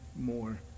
more